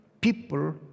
people